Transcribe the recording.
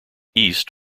east